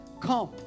come